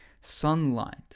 sunlight